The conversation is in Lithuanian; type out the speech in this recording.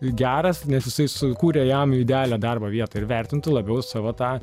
geras nes jisai sukūrė jam idealią darbo vietą ir vertintų labiau savo tą